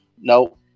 No